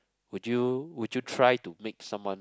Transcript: would you would you try to make someone